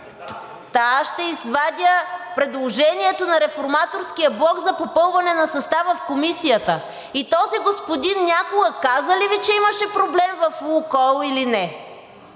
Аз ще извадя предложението на Реформаторския блок за попълване на състава в Комисията. И този господин някога каза ли Ви, че имаше проблем в „Лукойл“, или не?